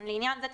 לעניין זה,